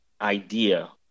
idea